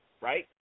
Right